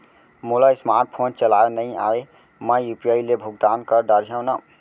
मोला smartphone चलाए नई आए मैं यू.पी.आई ले भुगतान कर डरिहंव न?